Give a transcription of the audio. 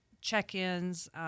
check-ins